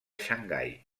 xangai